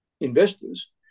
investors